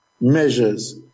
measures